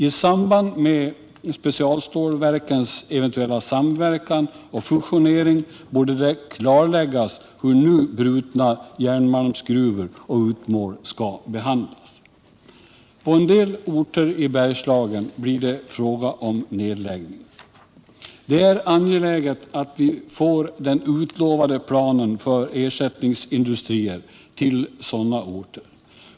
I samband med specialstålverkens eventuella samverkan och fusionering borde det klarläggas hur nu brutna järnmalmsgruvor och utmål skall behandlas. På en del orter i Bergslagen blir det fråga om nedläggningar. Det är angeläget att vi får den utlovade planen för ersättningsindustrier till sådana orter.